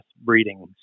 breeding